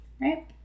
right